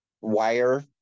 wire